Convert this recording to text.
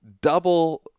double